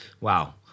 Wow